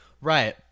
Right